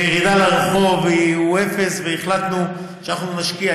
לירידה לרחוב הוא אפס, והחלטנו שאנחנו נשקיע.